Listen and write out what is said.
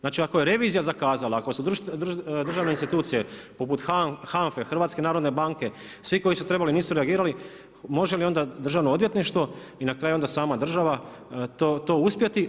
Znači, ako je revizija zakazala, ako su državne institucije poput HANFA-e, HNB-a, svi koji su trebali nisu reagirali, može li onda Državno odvjetništvo i na kraju onda sama država to uspjeti.